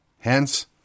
Hence